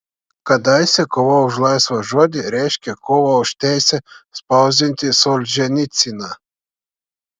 kadaise kova už laisvą žodį reiškė kovą už teisę spausdinti solženicyną